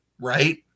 right